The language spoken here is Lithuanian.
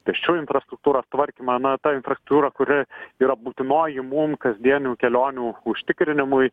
pėsčiųjų infrastruktūros tvarkymą na ta infrastruktūra kuri yra būtinoji mum kasdienių kelionių užtikrinimui